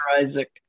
Isaac